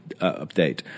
update